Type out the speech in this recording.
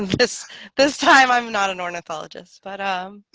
this this time, i'm not an ornithologist. but um